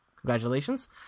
congratulations